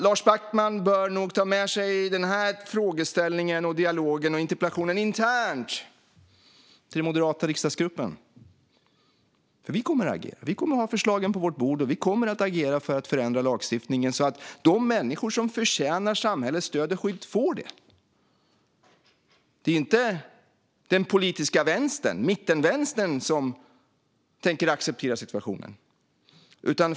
Lars Beckman bör nog ta med sig frågeställningen, dialogen och interpellationen till den moderata riksdagsgruppen och föra en diskussion internt. För vår del kommer vi att agera. Vi kommer att ha förslagen på vårt bord. Vi kommer att agera för att förändra lagstiftningen, så att de människor som förtjänar samhällets stöd och skydd får det. Det är inte den politiska mittenvänstern som tänker acceptera situationen.